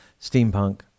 steampunk